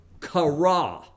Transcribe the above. kara